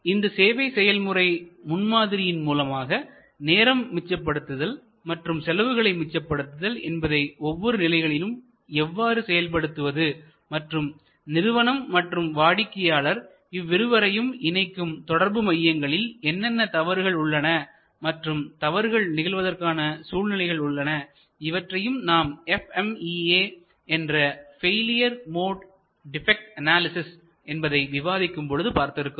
இந்த சேவை செயல்முறை முன்மாதிரியின் மூலமாக நேரம் மிச்சபடுத்துதல் மற்றும் செலவுகளை மிச்சபடுத்துதல் என்பதை ஒவ்வொரு நிலைகளிலும் எவ்வாறு செயல்படுத்துவது மற்றும் நிறுவனம் மற்றும் வாடிக்கையாளர் இவ்விருவரையும் இணைக்கும் தொடர்பு மையங்களில் என்னென்ன தவறுகள் உள்ளன மற்றும் தவறுகள் நிகழ்வதற்கான சூழ்நிலைகள் உள்ளன இவற்றையும் நாம் FMEA என்ற failure mode defect analysis Failure Mode Defect Analysis என்பதை விவாதிக்கும் பொழுது பார்த்திருக்கிறோம்